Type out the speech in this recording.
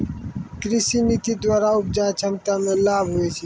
कृषि नीति द्वरा उपजा क्षमता मे लाभ हुवै छै